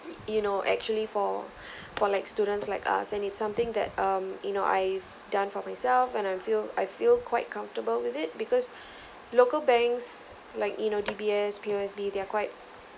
you know actually for for like students like us and it's something that um you know I've done for myself and I'm feel I feel quite comfortable with it because local banks like you know D_B_S P_O_S_B they're quite